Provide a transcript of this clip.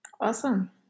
awesome